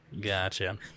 Gotcha